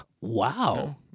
Wow